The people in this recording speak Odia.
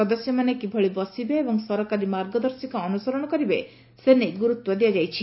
ସଦସ୍ୟମାନେ କିଭଳି ବସିବେ ଏବଂ ସରକାରୀ ମାର୍ଗଦର୍ଶିକା ଅନୁସରଣ ହେବ ସେ ନେଇ ଗୁରୁତ୍ ଦିଆଯାଇଛି